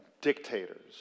Dictators